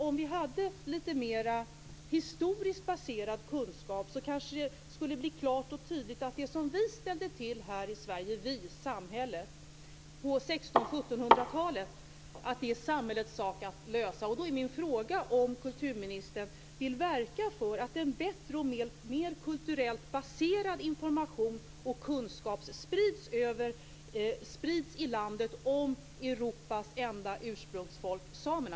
Om vi hade lite mer historiskt baserad kunskap, kanske det skulle bli klart och tydligt att det som vi - samhället - ställde till med på 1600 och 1700-talen är vår sak att lösa. Vill kulturministern verka för att en bättre och mer kulturellt baserad information och kunskap sprids i landet om Europas enda ursprungsfolk samerna?